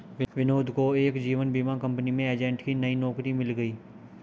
विनोद को एक जीवन बीमा कंपनी में एजेंट की नई नौकरी मिल गयी